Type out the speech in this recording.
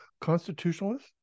constitutionalist